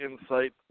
insight